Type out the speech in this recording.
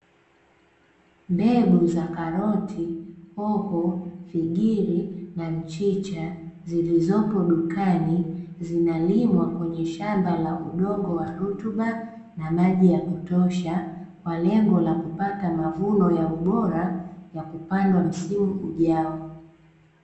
Mbegu za: karoti, hoho, figiri na mchicha zilizopo dukani. Zinalimwa kwenye shamba la udongo wa rutuba na maji ya kutosha, kwa lengo la kupata mavuno ya ubora ya kupandwa msimu ujao.